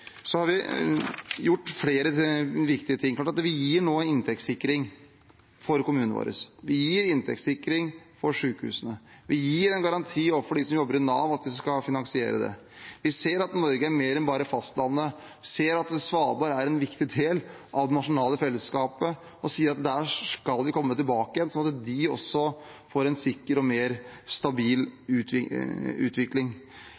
har gjort flere viktige ting. Vi gir nå inntektssikring til kommunene våre. Vi gir inntektssikring til sykehusene. Vi gir en garanti overfor dem som jobber i Nav, for at vi skal finansiere det. Vi ser at Norge er mer enn bare fastlandet. Vi ser at Svalbard er en viktig del av det nasjonale fellesskapet, og sier at der skal vi komme tilbake igjen, sånn at de også får en sikker og mer stabil utvikling.